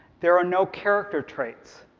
there are no character traits,